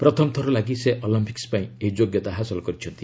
ପ୍ରଥମ ଥର ଲାଗି ସେ ଅଲିମ୍ପିକ୍ୱ ପାଇଁ ଏହି ଯୋଗ୍ୟତା ହାସଲ କରିଛନ୍ତି